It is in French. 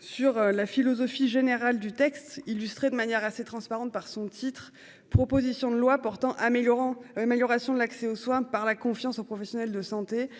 sur la philosophie générale du texte illustré de manière assez transparente par son titre, proposition de loi portant améliorant amélioration de l'accès aux soins par la confiance aux professionnels de santé.